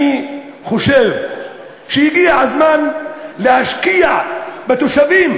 אני חושב שהגיע הזמן להשקיע בתושבים